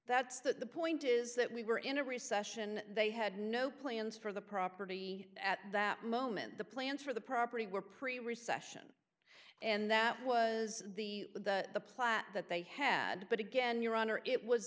that's the point is that we were in a recession they had no plans for the property at that moment the plans for the property were pretty recession and that was d the plat that they had but again your honor it was